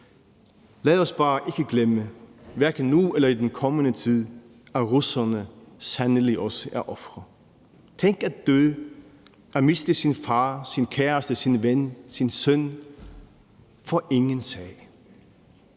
Lad os bare ikke glemme nu eller i den kommende tid, at russerne sandelig også er ofre. Tænk at dø, at miste sin far, sin kæreste, sin ven, sin søn for ingen sag.